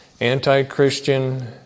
anti-Christian